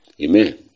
Amen